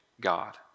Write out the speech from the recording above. God